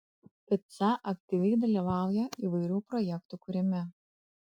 pica aktyviai dalyvauja įvairių projektų kūrime